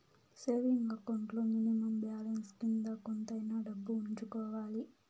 saving account లో minimum balance కింద కొంతైనా డబ్బు ఉంచుకోవాలి